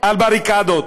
על בריקדות.